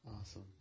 Awesome